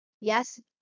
yes